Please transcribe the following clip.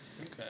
okay